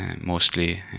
mostly